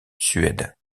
suède